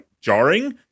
jarring